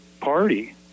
party